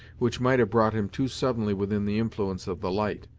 which might have brought him too suddenly within the influence of the light,